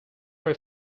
ray